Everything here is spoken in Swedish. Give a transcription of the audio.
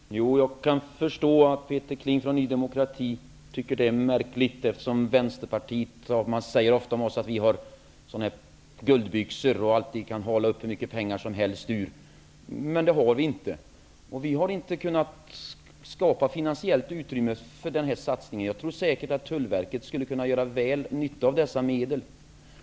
Herr talman! Jag kan förstå att Peter Kling från Ny demokrati tycker att det är märkligt, eftersom man ofta säger att vänsterpartisterna har guldbyxor på sig och alltid kan föreslå hur mycket pengar som helst, men så är det inte. Vi har inte kunnat skapa finansiellt utrymme för den här satsningen. Jag tror säkert att Tullverket skulle kunna ha väl nytta av dessa medel.